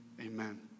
Amen